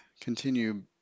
continue